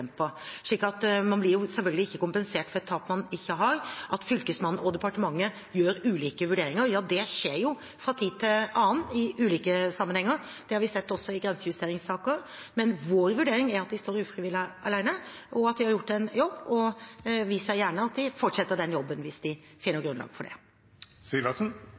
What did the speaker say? slik at man blir selvfølgelig ikke kompensert for tap man ikke har. At Fylkesmannen og departementet gjør ulike vurderinger, ja, det skjer fra tid til annen i ulike sammenhenger. Det har vi sett også i grensejusteringssaker. Men vår vurdering er at de står ufrivillig alene, og at de har gjort en jobb. Og vi ser gjerne at de fortsetter den jobben hvis de finner grunnlag for